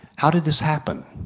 how did this happen?